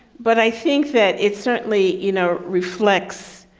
but i think that it certainly, you know, reflects